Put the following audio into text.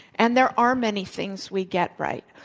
and there are many things we get right.